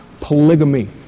polygamy